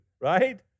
right